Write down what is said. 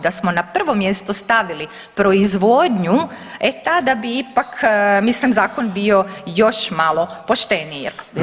Da smo na prvo mjesto stavili proizvodnju, e tada bi ipak, mislim Zakon bio još malo pošteniji.